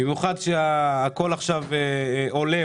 במיוחד עכשיו כשהכל עולה,